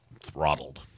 throttled